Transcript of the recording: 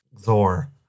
zor